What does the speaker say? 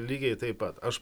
lygiai taip pat aš